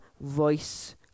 voice